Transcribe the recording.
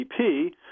GDP